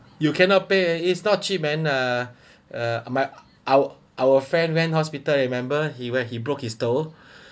you cannot pay is not cheap man uh uh my our our friend went hospital remember he where he broke his toe